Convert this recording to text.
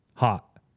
Hot